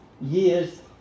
years